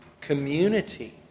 community